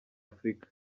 afurika